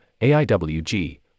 AIWG